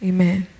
Amen